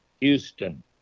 Houston